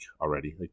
already